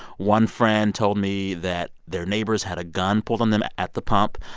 one friend told me that their neighbors had a gun pulled on them at the pump.